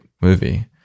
movie